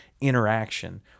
interaction